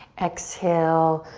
exhale,